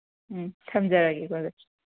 ꯎꯝ ꯊꯝꯖꯔꯒꯦꯀꯣ ꯑꯗꯨ